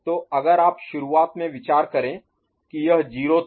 तो अगर आप शुरुआत में विचार करें कि यह 0 था